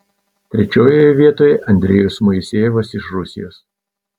trečiojoje vietoje andrejus moisejevas iš rusijos